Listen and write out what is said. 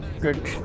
good